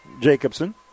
Jacobson